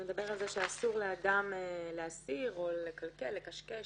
הוא מדבר על זה שאסור לאדם להסיר, לקלקל, לקשקש,